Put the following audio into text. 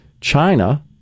China